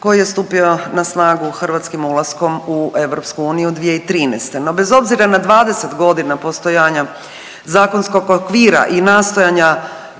koji je stupio na snagu Hrvatskim ulaskom u EU 2013., no bez obzira na 20 godina postojanja zakonskog okvira i nastojanja